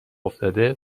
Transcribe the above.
افتاده